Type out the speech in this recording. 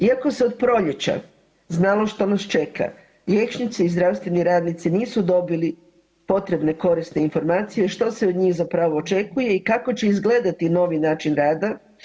Iako se od proljeća znalo što nas čeka, liječnici i zdravstveni radnici nisu dobili potrebne korisne informacije što se od njih zapravo očekuje i kako će izgledati novi način rada.